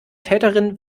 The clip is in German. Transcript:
täterin